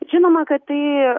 žinoma kad tai